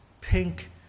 pink